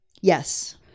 Yes